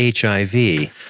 HIV